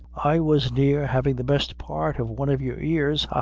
i was near havin' the best part of one of your ears